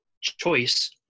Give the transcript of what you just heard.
choice